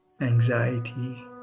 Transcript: anxiety